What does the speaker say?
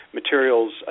materials